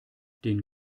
den